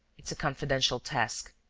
it's a confidential task.